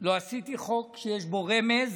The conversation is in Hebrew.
לא עשיתי חוק שיש בו רמז